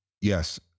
Yes